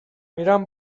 میرم